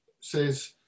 says